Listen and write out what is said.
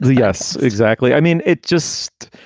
yes, exactly. i mean, it just